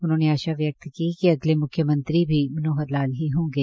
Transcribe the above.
उन्होंने आशा व्यक्त की कि अगले मुख्यमंत्री भी मनोहर लाल ही होंगे